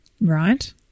Right